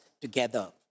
together